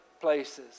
places